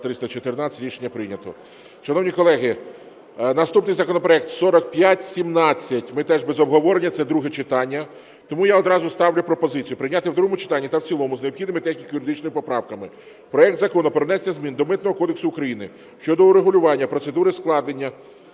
За-314 Рішення прийнято. Шановні колеги, наступний законопроект, 4517. Ми теж без обговорення, це друге читання. Тому я одразу ставлю пропозицію прийняти в другому читанні та в цілому з необхідними техніко-юридичними поправками проект Закону про внесення змін до Митного кодексу України щодо урегулювання процедури складання